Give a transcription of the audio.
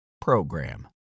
PROGRAM